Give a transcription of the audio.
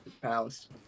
Palace